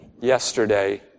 yesterday